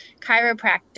chiropractic